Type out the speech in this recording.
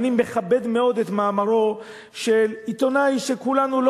אני מכבד מאוד את מאמרו של עיתונאי שכולנו לא